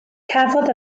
cafodd